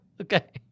okay